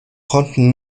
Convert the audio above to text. konnten